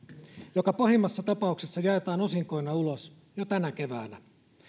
joka pahimmassa tapauksessa jaetaan osinkoina ulos jo tänä keväänä